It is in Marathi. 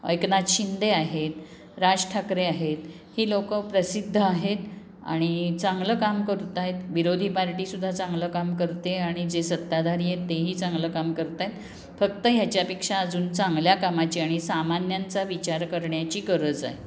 एकनाथ शिंदे आहेत राज ठाकरे आहेत ही लोकं प्रसिद्ध आहेत आणि चांगलं काम करत आहेत विरोधी पार्टीसुद्धा चांगलं काम करते आहे आणि जे सत्ताधारी आहेत तेही चांगलं काम करत आहेत फक्त ह्याच्यापेक्षा अजून चांगल्या कामाची आणि सामान्यांचा विचार करण्याची गरज आहे